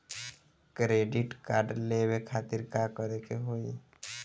Credit card लेवे खातिर का करे के होई?